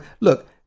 look